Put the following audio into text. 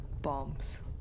bombs